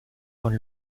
con